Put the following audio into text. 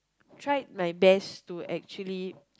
try my best to actually